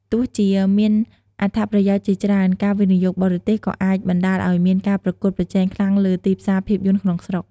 ទោះជាមានអត្ថប្រយោជន៍ជាច្រើន ការវិនិយោគបរទេសក៏អាចបណ្តាលឱ្យមានការប្រកួតប្រជែងខ្លាំងលើទីផ្សារភាពយន្តក្នុងស្រុក។